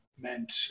meant